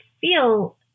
feel